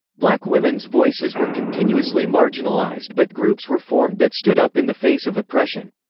black women's voices were continuously marginalized but groups were formed that stood up in the face of oppression.